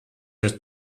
her